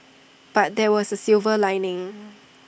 but there was A silver lining